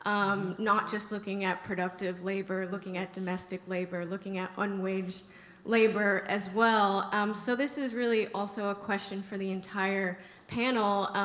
um not just looking at productive labor, looking at domestic labor, looking at unwaged labor as well. um so this is really also a question for the entire panel.